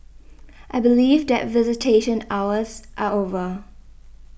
I believe that visitation hours are over